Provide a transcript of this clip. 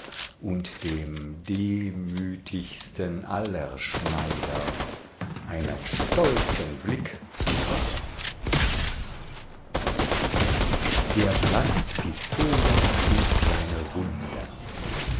und dem demütigsten aller schneider einen stolzen blick zuwarf der palast pistoja und seine wunder